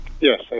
Yes